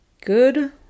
Good